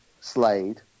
Slade